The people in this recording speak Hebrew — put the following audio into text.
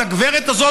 אז הגברת הזאת,